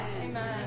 Amen